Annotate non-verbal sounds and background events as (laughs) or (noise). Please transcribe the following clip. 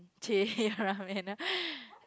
chey (laughs) your ramen ah (breath)